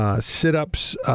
sit-ups